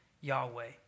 Yahweh